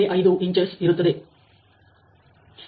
05 inches ಇರುತ್ತದೆ